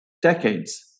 decades